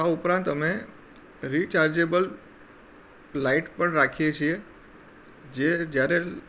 આ ઉપરાંત અમે રિચારજેબલ લાઇટ પણ રાખીએ છીએ જે જ્યારે